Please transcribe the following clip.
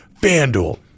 FanDuel